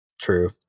true